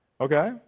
Okay